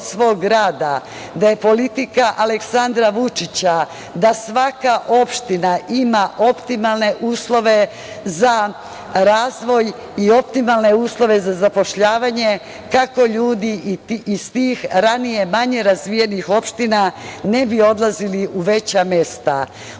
da je politika Aleksandra Vučića da svaka opština ima optimalne uslove za razvoj i optimalne uslove za zapošljavanje kako ljudi iz tih ranije manje razvijenih opština ne bi odlazili u veća mesta.U